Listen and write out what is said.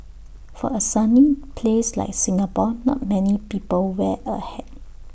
for A sunny place like Singapore not many people wear A hat